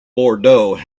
bordeaux